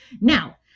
Now